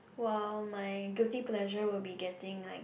!wow! my guilty pressure will be getting like